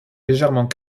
légèrement